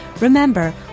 Remember